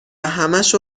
همشو